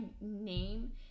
name